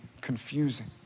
confusing